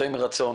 יותר מרצון,